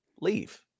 leave